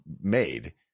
made